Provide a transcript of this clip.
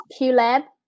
QLab